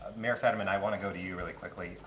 mayor fetterman, i want to go to you really quickly.